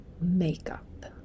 makeup